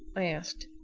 i asked.